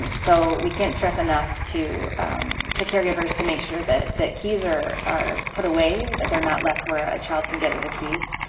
um so we can't stress enough to to caregivers to make sure that that keys are are put away, that they're not left where a child can get at the keys,